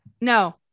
no